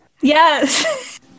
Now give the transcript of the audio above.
Yes